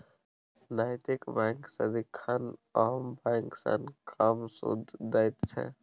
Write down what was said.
नैतिक बैंक सदिखन आम बैंक सँ कम सुदि दैत छै